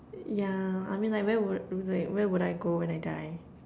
yeah I mean like where will where will I go when I die